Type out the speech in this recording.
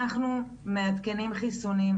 אנחנו מעדכנים חיסונים.